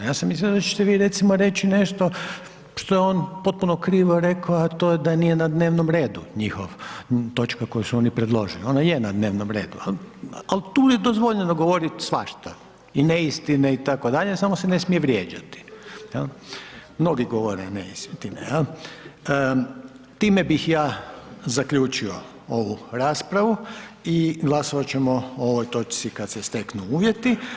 Ja sam mislio da ćete vi recimo reći nešto što je on potpuno krivo rekao a to je da nije na dnevnom redu njihov, točka koju su oni predložili, ona je na dnevnom redu, al tu je dozvoljeno govorit svašta i neistine itd., samo se ne smije vrijeđati, jel, mnogi govore neistine, jel, time bih ja zaključio ovu raspravu i glasovat ćemo o ovoj točci kad se steknu uvjeti.